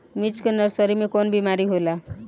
मिर्च के नर्सरी मे कवन बीमारी होला?